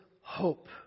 hope